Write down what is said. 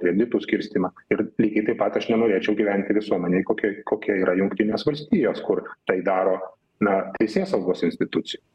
kreditų skirstymą ir lygiai taip pat aš nenorėčiau gyventi visuomenėj kokioj kokia yra jungtinės valstijos kur tai daro na teisėsaugos institucijo